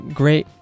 great